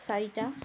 চাৰিটা